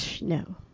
No